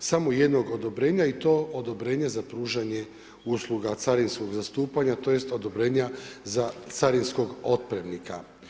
samo jednog odobrenja i to odobrenja za pružanje usluga carinskog zastupanja tj. odobrenja za carinskog otpremnika.